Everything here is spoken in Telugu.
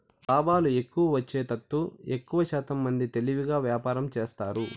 లాభాలు ఎక్కువ వచ్చేతట్టు ఎక్కువశాతం మంది తెలివిగా వ్యాపారం చేస్తారు